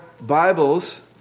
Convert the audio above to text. Bibles